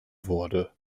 wurde